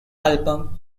album